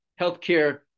healthcare